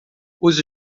use